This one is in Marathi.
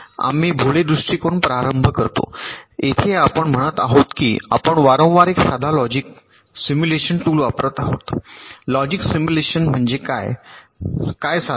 आम्ही भोळे दृष्टिकोन प्रारंभ करतो येथे आपण म्हणत आहोत की आपण वारंवार एक साधा लॉजिक सिम्युलेशन टूल वापरत आहोत लॉजिक सिम्युलेशन म्हणजे काय साधन